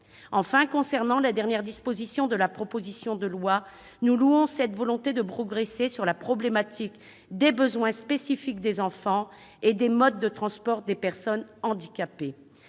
Enfin, concernant la dernière disposition de la proposition de loi, nous louons cette volonté de progresser sur la problématique des besoins spécifiques des enfants et des modes de transport des personnes handicapées.